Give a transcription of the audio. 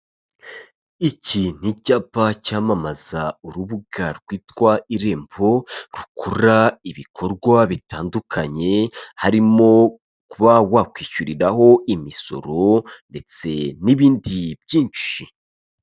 Iki ni icyapa cyamamaza urubuga rwitwa irembo rukora ibikorwa bitandukanye harimo kuba wakwishyuriraho imisoro ndetse n'ibindi byinshi.